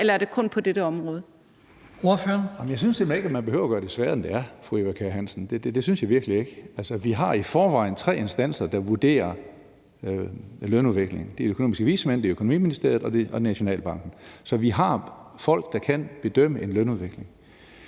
19:27 Karsten Hønge (SF): Jeg synes simpelt hen ikke, at man behøver at gøre det sværere, end det er, fru Eva Kjer Hansen; det synes jeg virkelig ikke. Altså, vi har i forvejen tre instanser, der vurderer lønudviklingen: de økonomiske vismænd, Økonomiministeriet og Nationalbanken. Så vi har folk, der kan bedømme en lønudvikling.